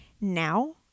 Now